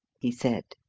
he said.